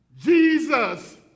Jesus